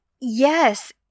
Yes